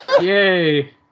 yay